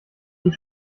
die